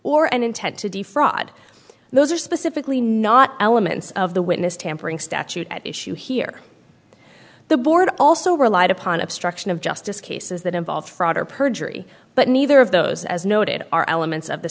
or an intent to defraud those are specifically not elements of the witness tampering statute at issue here the board also relied upon obstruction of justice cases that involve fraud or perjury but neither of those as noted are elements of the